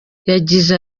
yagize